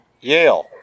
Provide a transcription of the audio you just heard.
Yale